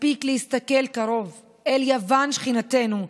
מספיק להסתכל קרוב אל יוון שכנתנו.